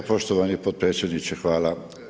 E, poštovani potpredsjedniče hvala.